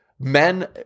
Men